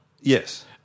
Yes